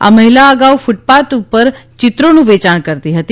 આ મહિલા અગાઉ કૃટપાથ ઉપર ચિત્રોનું વેચાણ કરતી હતી